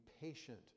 patient